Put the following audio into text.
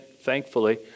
thankfully